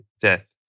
death